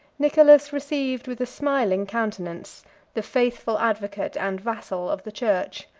nicholas received with a smiling countenance the faithful advocate and vassal of the church.